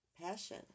Passion